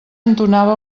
entonava